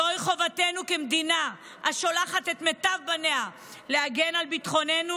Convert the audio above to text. זוהי חובתנו כמדינה השולחת את מיטב בניה להגן על ביטחוננו,